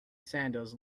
sandals